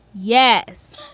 yes.